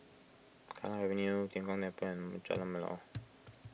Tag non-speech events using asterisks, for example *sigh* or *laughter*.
Kallang Avenue Tian Kong *unintelligible* Jalan Melor